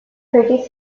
pretty